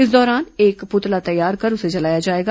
इस दौरान एक पुतला तैयार कर उसे जलाया जाएगा